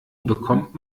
bekommt